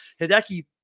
Hideki